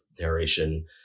narration